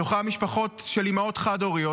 בתוכן משפחות של אימהות חד-הוריות,